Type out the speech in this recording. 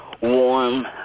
warm